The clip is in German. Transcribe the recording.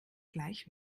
gleich